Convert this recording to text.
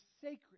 sacred